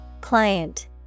Client